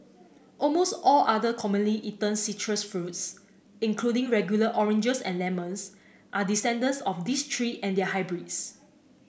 almost all other commonly eaten citrus fruits including regular oranges and lemons are descendants of these three and their hybrids